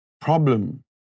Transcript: problem